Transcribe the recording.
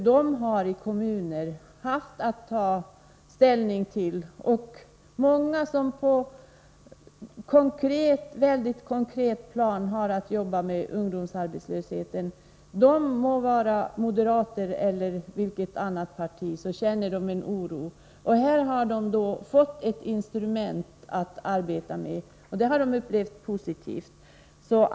De som i kommunerna har haft att ta ställning till dessa frågor och de som på ett mycket konkret plan jobbar med ungdomsarbetslösheten känner en oro — de må vara moderater eller tillhöra något annat parti. Här har de fått ett instrument att arbeta med och det har de upplevt som positivt.